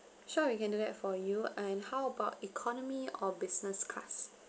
sure we can do that for you and how about economy or business class